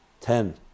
ten